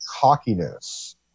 cockiness